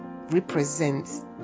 represents